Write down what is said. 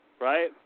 Right